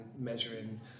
measuring